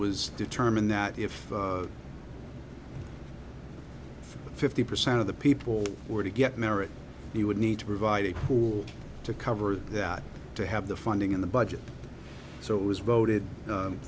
was determined that if fifty percent of the people were to get married he would need to provide a pool to cover that to have the funding in the budget so it was voted